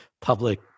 public